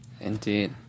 Indeed